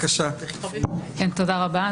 תודה רבה.